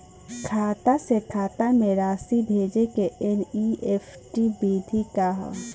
खाता से खाता में राशि भेजे के एन.ई.एफ.टी विधि का ह?